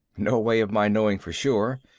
no way of my knowing for sure.